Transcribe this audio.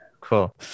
Cool